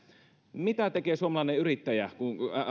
mitä tekee suomalainen yrittäjä kun kun